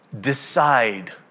decide